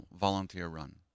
volunteer-run